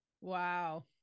Wow